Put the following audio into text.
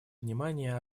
внимание